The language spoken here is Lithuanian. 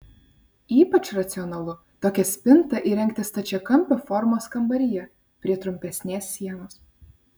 ypač racionalu tokią spintą įrengti stačiakampio formos kambaryje prie trumpesnės sienos